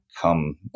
come